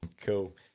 Cool